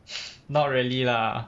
not really lah